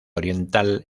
oriental